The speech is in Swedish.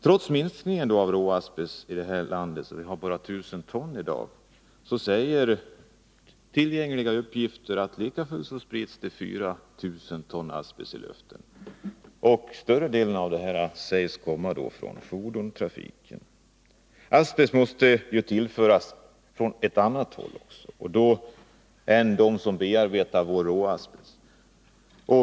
Trots minskningen av råasbest i landet, så att användningen nu ligger på bara ca 1 000 ton, säger tillgängliga uppgifter att likafullt sprids det 4 000 ton asbest i luften per år. Större delen av denna asbest sägs komma från fordonstrafiken. Siffrorna visar ju att asbest då måste tillföras även från annat håll — inte bara genom att råasbest bearbetas i vårt land.